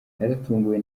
naratunguwe